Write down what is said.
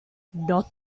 not